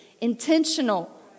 intentional